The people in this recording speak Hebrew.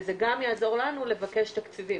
וזה גם יעזור לנו לבקש תקציבים,